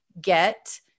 get